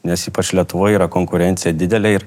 nes ypač lietuvoj yra konkurencija didelė ir